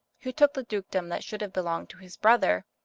who took the dukedom that should have belonged to his brother,